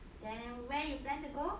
then where you plan to go